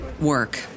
work